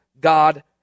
god